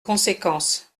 conséquence